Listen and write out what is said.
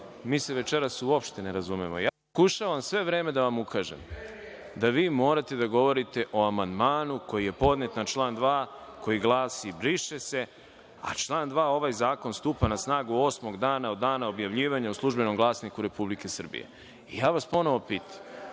mi se večeras uopšte ne razumemo. Pokušavam sve vreme da vam ukažem da vi morate da govorite o amandmanu koji je podnet na član 2. koji glasi – briše se, a član 2. – ovaj zakon stupa na snagu osmog dana od dana objavljivanja u „Službenom glasniku RS“.Ponovo vas